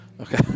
Okay